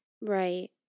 Right